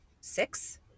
six